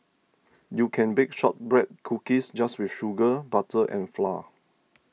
you can bake Shortbread Cookies just with sugar butter and flour